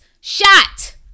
shot